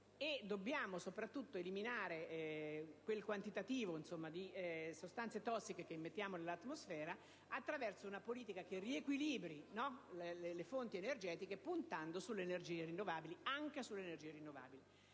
Dobbiamo soprattutto eliminare quel quantitativo di sostanze tossiche che immettiamo nell'atmosfera attraverso una politica che riequilibri le fonti energetiche, puntando anche sulle energie rinnovabili.